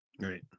Right